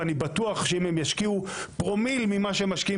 ואני בטוח שאם הם ישקיעו פרומיל ממה שהם משקיעים